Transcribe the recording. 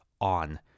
on